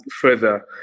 further